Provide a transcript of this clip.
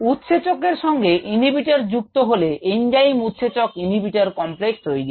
উৎসেচক এর সঙ্গে ইনহিবিটর যুক্ত হলে ইঞ্জাইম উৎসেচক ইনহিবিটর কমপ্লেক্স তৈরি হয়